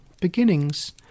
beginnings